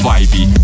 Vibe